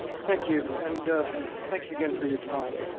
thank you. and thank you again for your time.